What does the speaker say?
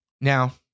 Now